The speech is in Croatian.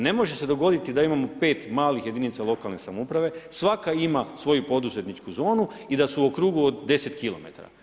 Ne može se dogoditi da imamo pet malih jedinica lokalne samouprave, svaka ima svoju poduzetničku zonu i da su u krugu od 10 kilometara.